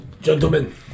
Gentlemen